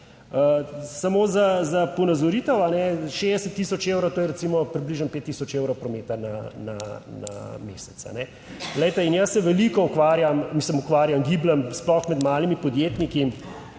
Samo za ponazoritev, 60000 evrov, to je recimo približno 5000 evrov prometa na mesec. Glejte, jaz se veliko ukvarjam, mislim, gibljem sploh med malimi podjetniki in